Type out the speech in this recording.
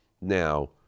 Now